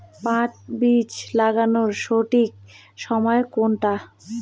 পাট বীজ লাগানোর সঠিক সময় কোনটা?